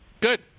Good